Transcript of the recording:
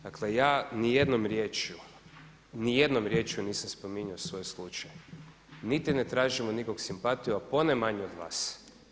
Dakle, ja ni jednom riječju, ni jednom riječju nisam spominjao svoj slučaj, niti ne tražim od nikog simpatiju, a ponajmanje od vas.